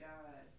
God